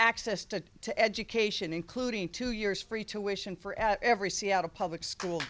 access to to education including two years free tuition for every seattle public school